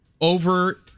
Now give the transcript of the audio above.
over